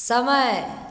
समय